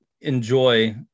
enjoy